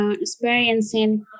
experiencing